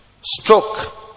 stroke